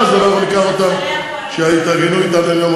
רק שתדע שאני צובר אהדה רצינית מאוד בעניין הזה.